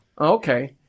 Okay